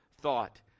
thought